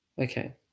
Okay